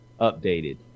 updated